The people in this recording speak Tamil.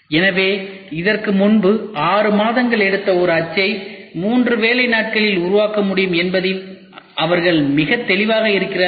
எனவேஇதற்கு முன்பு 6 மாதங்கள் எடுத்த ஒரு அச்சை 3 வேலை நாட்களில் உருவாக்க முடியும் என்பதில் அவர்கள் மிகவும் தெளிவாக இருக்கிறார்கள்